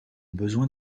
besoin